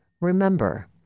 Remember